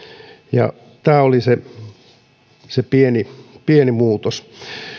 ja tämä oli se se pieni pieni muutos